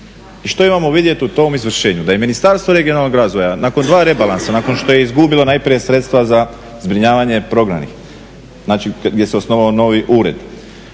i što imamo vidjeti u tom izvršenju? Da je Ministarstvo regionalnog razvoja nakon 2 rebalansa, nakon što je izgubilo najprije sredstva za zbrinjavanje prognanih, znači gdje se osnovao novi ured,